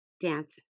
dance